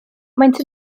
maent